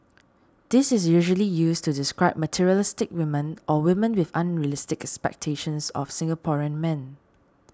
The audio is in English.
this is usually used to describe materialistic women or women with unrealistic expectations of Singaporean men